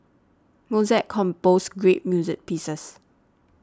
Mozart composed great music pieces